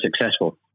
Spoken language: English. successful